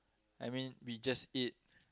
I mean we just ate